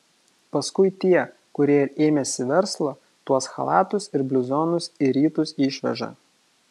paskui tie kurie ėmėsi verslo tuos chalatus ir bliuzonus į rytus išveža